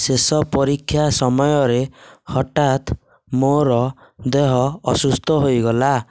ଶେଷ ପରୀକ୍ଷା ସମୟରେ ହଠାତ୍ ମୋର ଦେହ ଅସୁସ୍ଥ ହୋଇଗଲା